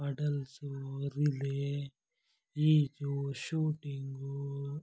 hurdles relay ಈಜು shooting